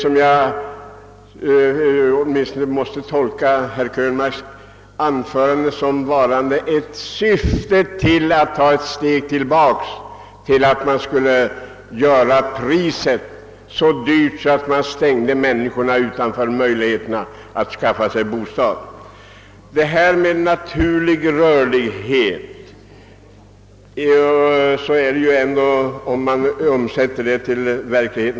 I alla händelser måste herr Krönmarks anförande tolkas så, att vi borde ta ett steg tillbaka genom att sätta priset så högt att människorna utestängs från möjligheterna att skaffa sig bostad. När det gäller naturlig rörlighet är det i praktiken ändå fråga om priset.